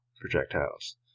projectiles